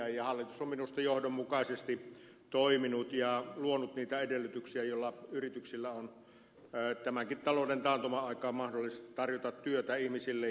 hallitus on minusta johdonmukaisesti toiminut ja luonut niitä edellytyksiä joilla yrityksillä on tämänkin talouden taantuman aikaan mahdollisuus tarjota työtä ihmisille